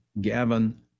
Gavin